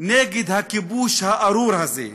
נגד הכיבוש הארור הזה.